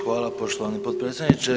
Hvala poštovani potpredsjedniče.